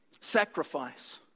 Sacrifice